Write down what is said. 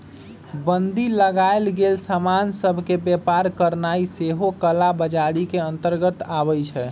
बन्दी लगाएल गेल समान सभ के व्यापार करनाइ सेहो कला बजारी के अंतर्गत आबइ छै